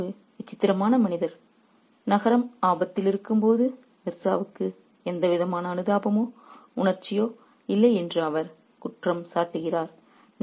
நீங்கள் ஒரு விசித்திரமான மனிதர் நகரம் ஆபத்தில் இருக்கும்போது மிர்சாவுக்கு எந்தவிதமான அனுதாபமோ உணர்ச்சியோ இல்லை என்று அவர் குற்றம் சாட்டுகிறார்